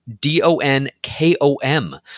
D-O-N-K-O-M